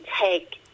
take